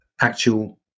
actual